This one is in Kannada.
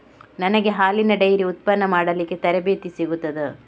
ನನಗೆ ಹಾಲಿನ ಡೈರಿ ಉತ್ಪನ್ನ ಮಾಡಲಿಕ್ಕೆ ತರಬೇತಿ ಸಿಗುತ್ತದಾ?